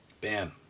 bam